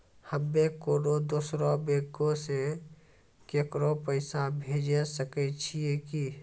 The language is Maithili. हम्मे कोनो दोसरो बैंको से केकरो पैसा भेजै सकै छियै कि?